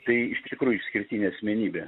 tai iš tikrųjų išskirtinė asmenybė